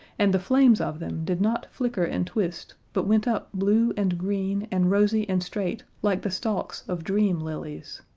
and the flames of them did not flicker and twist, but went up blue and green and rosy and straight like the stalks of dream lilies.